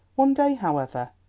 one day, however,